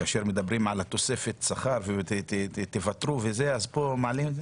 מדברים על לוותר על תוספת שכר ופה מעלים?